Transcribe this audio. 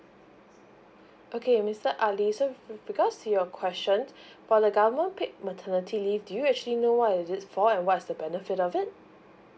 okay mister ali so with regards to your question for the government paid maternity leave do you actually know what is it for and what's the benefit of it